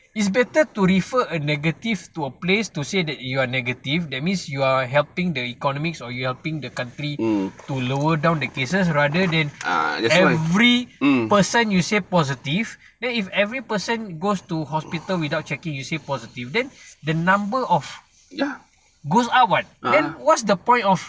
is better to refer a negative to a place to say that you are negative that means you are helping the economics or you are helping the country to lower down the cases rather than every person you say positive then if every person goes to hospital without checking you say positive then the number of goes up [what] then what's the point of